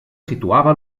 situava